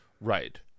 Right